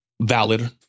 valid